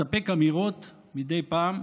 מספק אמירות מדי פעם,